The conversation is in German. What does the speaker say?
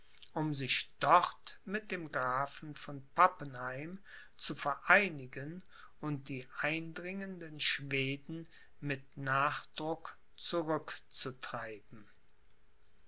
um sich dort mit dem grafen von pappenheim zu vereinigen und die eindringenden schweden mit nachdruck zurückzutreiben